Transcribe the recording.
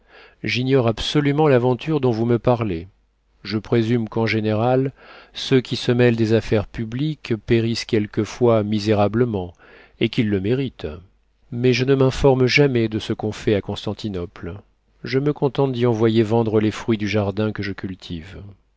j'ignore absolument l'aventure dont vous me parlez je présume qu'en général ceux qui se mêlent des affaires publiques périssent quelquefois misérablement et qu'ils le méritent mais je ne m'informe jamais de ce qu'on fait à constantinople je me contente d'y envoyer vendre les fruits du jardin que je cultive